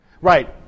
Right